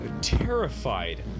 terrified